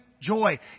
joy